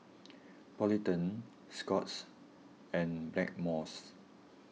Polident Scott's and Blackmores